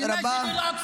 עבר הזמן.